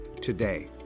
today